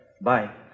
Bye